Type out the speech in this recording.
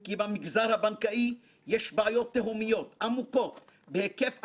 כי במגזר הבנקאי יש בעיות תהומיות עמוקות בהיקף עצום,